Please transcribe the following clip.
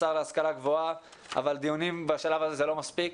השר להשכלה גבוהה אבל דיונים בשלב הזה זה לא מספיק.